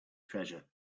treasure